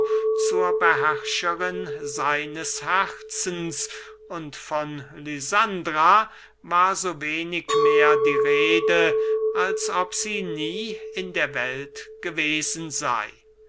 zur beherrscherin seines herzens und von lysandra war so wenig mehr die rede als ob sie nie in der welt gewesen sey